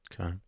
Okay